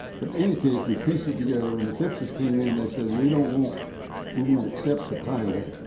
but in any case, we pieced it together. when the phipps's came in they said we don't want we won't accept the title